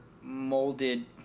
molded